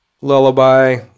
lullaby